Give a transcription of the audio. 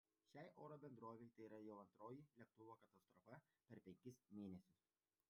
šiai oro bendrovei tai yra jau antroji lėktuvo katastrofa per penkis mėnesius